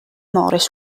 morris